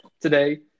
today